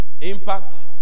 impact